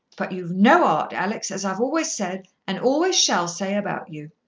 but you've no heart, alex, as i've always said and always shall say about you.